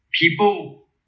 people